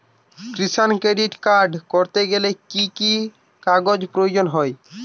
কিষান credit card করতে গেলে কি কি কাগজ প্রয়োজন হয়?